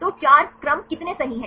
तो 4 क्रम कितने सही हैं